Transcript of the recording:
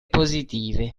positive